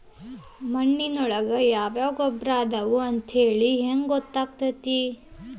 ಮಣ್ಣಿನೊಳಗೆ ಯಾವ ಯಾವ ಗೊಬ್ಬರ ಅದಾವ ಅಂತೇಳಿ ಹೆಂಗ್ ಗೊತ್ತಾಗುತ್ತೆ?